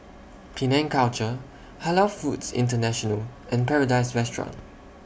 Penang Culture Halal Foods International and Paradise Restaurant